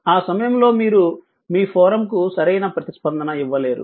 ఆ సమయంలో మీరు మీ ఫోరమ్కు సరైన ప్రతిస్పందన ఇవ్వలేరు